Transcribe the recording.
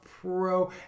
Pro